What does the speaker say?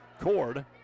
cord